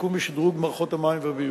בשיקום ובשדרוג של מערכות המים והביוב.